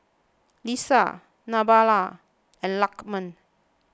Lisa Nabila and Lukman